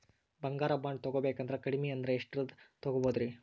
ಬಂಗಾರ ಬಾಂಡ್ ತೊಗೋಬೇಕಂದ್ರ ಕಡಮಿ ಅಂದ್ರ ಎಷ್ಟರದ್ ತೊಗೊಬೋದ್ರಿ?